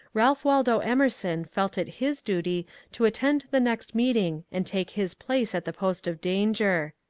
ralph waldo emerson felt it his duty to attend the next meeting and take his place at the post of danger.